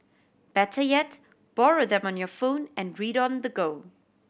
better yet borrow them on your phone and read on the go